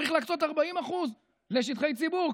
צריך להקצות 40% לשטחי ציבור,